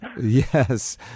yes